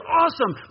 awesome